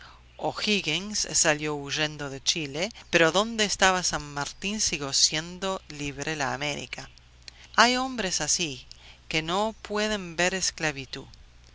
muerto o'higgins salió huyendo de chile pero donde estaba san martín siguió siendo libre la américa hay hombres así que no pueden ver esclavitud